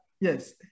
Yes